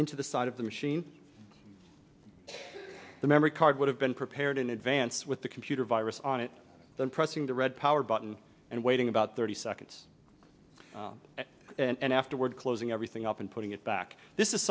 into the side of the machine the memory card would have been prepared in advance with the computer virus on it then pressing the red power button and waiting about thirty seconds and afterward closing everything up and putting it back this is